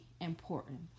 important